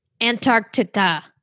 Antarctica